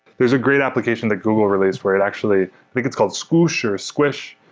there's a great application that google released where it actually i think it's called squoosh or squish,